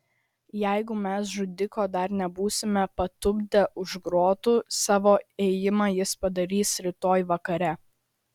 jeigu mes žudiko dar nebūsime patupdę už grotų savo ėjimą jis padarys rytoj vakare